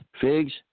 figs